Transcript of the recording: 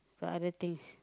for other things